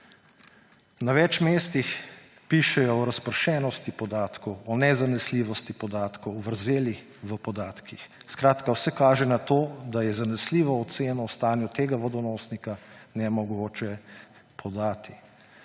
Na več mestih pišejo o razpršenosti podatkov, o nezanesljivosti podatkov, o vrzelih v podatkih. Skratka, vse kaže na to, da je zanesljivo oceno o stanju tega vodonosnika nemogoče podati.